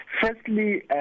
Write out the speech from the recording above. Firstly